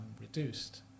reduced